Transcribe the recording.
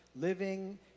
Living